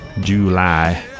july